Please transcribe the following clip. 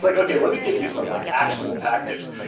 like okay, let me give you some like actual tactics.